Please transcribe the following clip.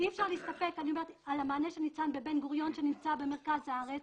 אי אפשר להסתפק במענה שניתן לבן גוריון שנמצא במרכז הארץ.